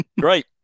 Great